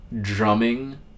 drumming